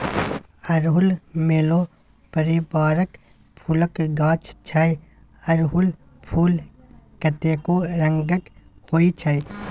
अड़हुल मेलो परिबारक फुलक गाछ छै अरहुल फुल कतेको रंगक होइ छै